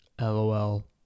lol